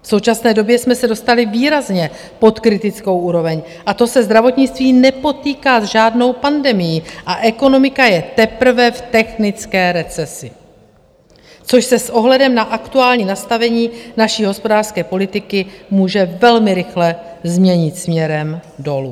V současné době jsme se dostali výrazně pod kritickou úroveň, a to se zdravotnictví nepotýká s žádnou pandemií a ekonomika je teprve v technické recesi, což se s ohledem na aktuální nastavení naší hospodářské politiky může velmi rychle změnit směrem dolů.